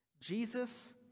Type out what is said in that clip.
Jesus